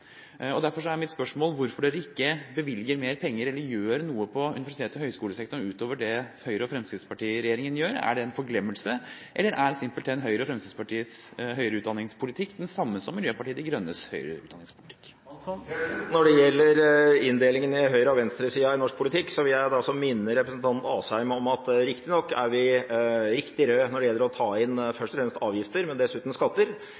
forske. Derfor er mitt spørsmål hvorfor dere ikke bevilger mer penger, eller gjør noe på universitets- og høyskolesektoren utover det Høyre og Fremskrittspartiet gjør i regjering. Er det en forglemmelse? Eller er simpelthen Høyre og Fremskrittspartiets høyere utdanningspolitikk den samme som Miljøpartiet De Grønnes høyere utdanningspolitikk? Når det gjelder inndelingen i høyre- og venstresida i norsk politikk, vil jeg minne representanten Asheim om at riktignok er vi riktig røde når det gjelder å ta inn først og fremst avgifter, og dessuten skatter,